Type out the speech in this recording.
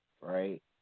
right